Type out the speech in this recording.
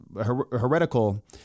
heretical